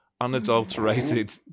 unadulterated